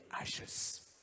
ashes